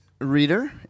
reader